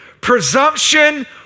presumption